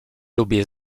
lubię